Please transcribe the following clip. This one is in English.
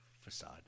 Facade